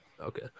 okay